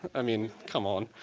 i mean, come on.